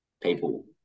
people